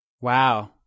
wow